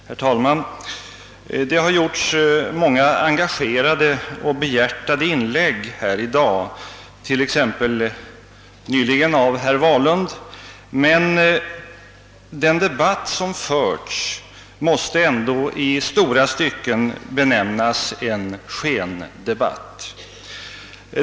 Herr talman! Det har gjorts många engagerade och behjärtade inlägg här i dag, exempelvis av herr Wahlund alldeles nyss, men den debatt som förts måste ändå i stora stycken benämnas en skendebatt.